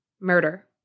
murder